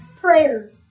Prayer